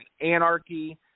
Anarchy